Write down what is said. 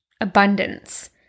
abundance